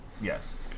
Yes